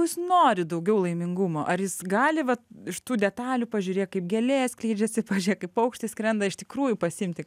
jis nori daugiau laimingumo ar jis gali va iš tų detalių pažiūrėk kaip gėlė skleidžiasi pažiūrėk kaip paukštis skrenda iš tikrųjų pasiimti